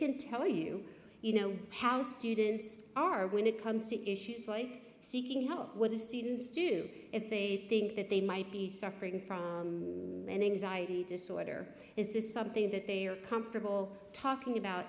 can tell you you know how students are when it comes to issues like seeking help whether students do if they think that they might be suffering from an anxiety disorder is this something that they are comfortable talking about